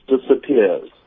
disappears